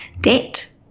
debt